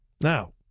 Now